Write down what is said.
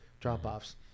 drop-offs